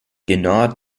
genau